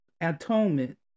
atonement